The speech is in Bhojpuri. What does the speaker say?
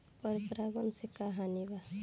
पर परागण से का हानि बा?